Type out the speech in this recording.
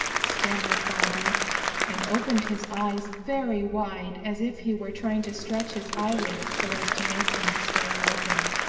stammered bobby and opened his eyes very wide as if he were trying to stretch his eyelids so as to make them stay open.